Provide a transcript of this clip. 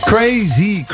Crazy